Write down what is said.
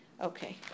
Okay